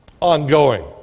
ongoing